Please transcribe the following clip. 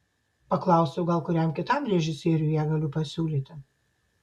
paklausiau gal kuriam kitam režisieriui ją galiu pasiūlyti